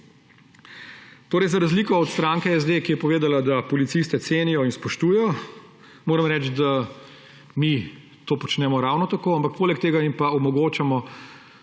Za razliko od stranke SD, ki je povedala, da policiste cenijo in spoštujejo, moram reči, da mi to počnemo ravno tako, poleg tega jim pa omogočamo